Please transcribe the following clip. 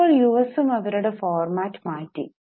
ഇപ്പോൾ യുഎസും അവരുടെ ഫോർമാറ്റ് മാറ്റി